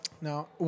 Now